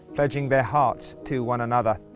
pledging their hearts to one another.